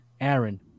Aaron